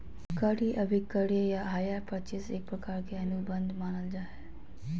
क्रय अभिक्रय या हायर परचेज एक प्रकार के अनुबंध मानल जा हय